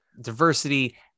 Diversity